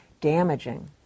damaging